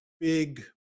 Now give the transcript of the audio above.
big